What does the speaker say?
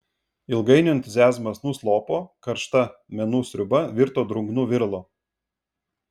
ilgainiui entuziazmas nuslopo karšta menų sriuba virto drungnu viralu